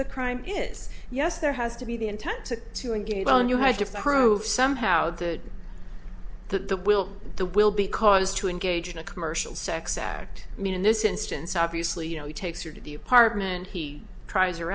the crime is yes there has to be the intent to to engage and you have to prove somehow the that the will the will because to engage in a commercial sex act i mean in this instance obviously you know he takes her to the apartment he tries